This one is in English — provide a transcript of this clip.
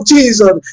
Jesus